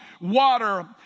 water